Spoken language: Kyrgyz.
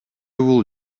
бул